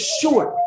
short